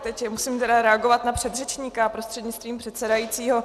Teď musím reagovat na předřečníka prostřednictvím předsedajícího.